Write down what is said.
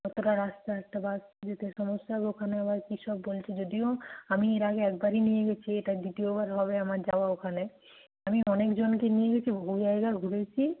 অতটা রাস্তা একটা বাস যেতে সমস্যা হবে ওখানে আবার কী সব বলছে যদিও আমি এর আগে একবারই নিয়ে গিয়েছি এটা দ্বিতীয়বার হবে আমার যাওয়া ওখানে আমি অনেক জনকে নিয়ে গিয়েছি বহু জায়গা ঘুরেছি